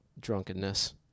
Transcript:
drunkenness